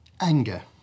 anger